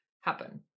happen